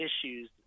issues